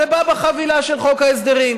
זה בא בחבילה של חוק ההסדרים,